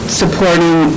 supporting